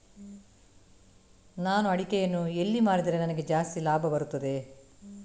ನಾನು ಅಡಿಕೆಯನ್ನು ಎಲ್ಲಿ ಮಾರಿದರೆ ನನಗೆ ಜಾಸ್ತಿ ಲಾಭ ಬರುತ್ತದೆ?